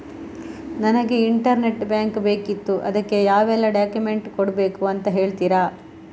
ನನಗೆ internet bank ಬೇಕಿತ್ತು ಅದಕ್ಕೆ ಯಾವೆಲ್ಲಾ ಡಾಕ್ಯುಮೆಂಟ್ಸ್ ಕೊಡ್ಬೇಕು ಅಂತ ಹೇಳ್ತಿರಾ?